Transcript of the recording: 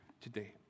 today